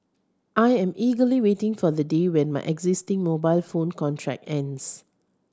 I am eagerly waiting for the day when my existing mobile phone contract ends